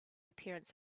appearance